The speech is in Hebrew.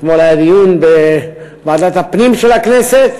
אתמול היה דיון בוועדת הפנים של הכנסת,